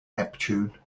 neptune